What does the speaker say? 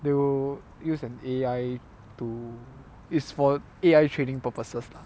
they will use an A_I to is for A_I trading purposes lah